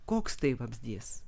koks tai vabzdys